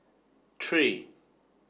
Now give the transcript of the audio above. tree